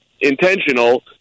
intentional